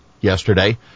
yesterday